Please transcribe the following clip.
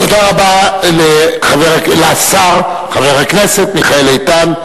תודה רבה לשר, חבר הכנסת מיכאל איתן,